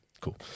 Cool